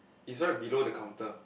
is right below the counter